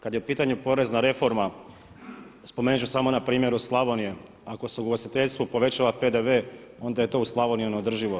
Kada je u pitanju porezna reforma spomenut ću samo na primjeru Slavonije, ako se ugostiteljstvu povećava PDV onda je to u Slavoniji neodrživo.